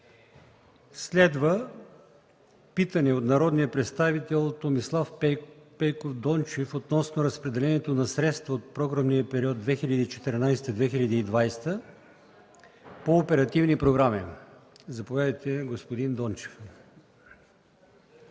Следва питане от народния представител Томислав Пейков Дончев относно разпределението на средства от програмния период 2014-2020 г. по оперативни програми. Заповядайте, господин Дончев.